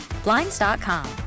Blinds.com